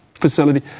facility